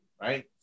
right